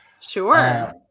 Sure